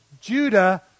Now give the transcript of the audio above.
Judah